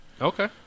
Okay